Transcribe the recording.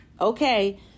okay